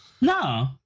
No